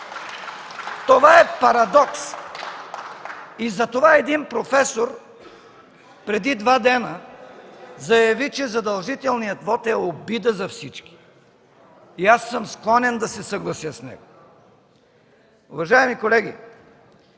Това е парадокс. Затова един професор преди два дни заяви, че задължителният вот е обида за всички и аз съм склонен да се съглася с него. Уважаеми колеги,